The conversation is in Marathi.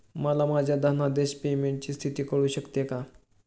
मला माझ्या धनादेश पेमेंटची स्थिती कळू शकते का?